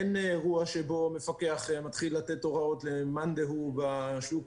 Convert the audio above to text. אין אירוע שבו מפקח מתחיל לתת הוראות למאן דהוא בשוק